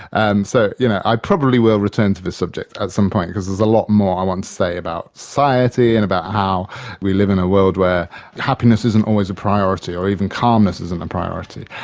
and so you know i probably will return to the subject at some point, because there's a lot more i want to say about society and about how we live in a world where happiness isn't always a priority, or even calmness isn't a priority,